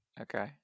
Okay